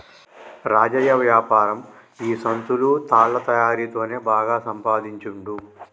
రాజయ్య వ్యాపారం ఈ సంచులు తాళ్ల తయారీ తోనే బాగా సంపాదించుండు